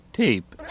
tape